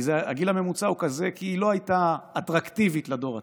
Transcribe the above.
הגיל הממוצע הוא כזה כי היא לא הייתה אטרקטיבית לדור הצעיר.